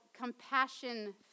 compassion